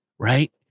Right